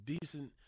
decent –